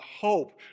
hope